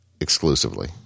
exclusively